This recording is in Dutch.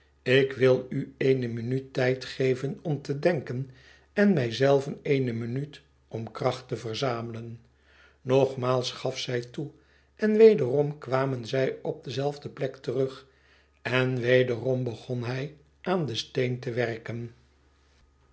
ik wil u eene minuut tijd geven om te denken en mij zelven eene minuut om kracht te verzamelen nogmaals gaf zij toe en wederom kwamen zij op dezelfde plek terug en wederom begon hij aan den steen te werken